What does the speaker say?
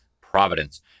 providence